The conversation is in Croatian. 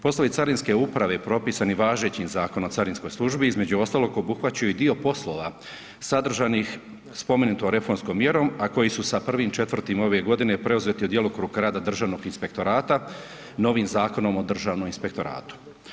Poslovi carinske uprave, propisanim važećim Zakonom o carinskoj službi, između ostalog, obuhvaća i dio poslova sadržanih spomenuto reformskom mjerom, a koji su sa 1.4. ove godine, preuzeti u djelokrug rada Državnog inspektorata, novim Zakonom o Državnom inspektoratu.